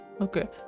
Okay